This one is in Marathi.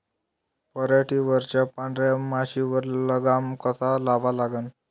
पराटीवरच्या पांढऱ्या माशीवर लगाम कसा लावा लागन?